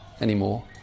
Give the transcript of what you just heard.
anymore